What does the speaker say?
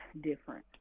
different